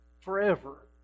forever